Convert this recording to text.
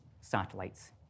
satellites